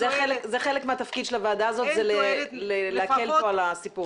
חלק מהתפקיד של הוועדה הזאת הוא להקל הדבר הזה.